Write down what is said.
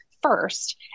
first